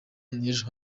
y’ejo